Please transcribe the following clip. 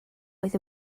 oedd